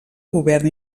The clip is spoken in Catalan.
govern